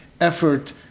effort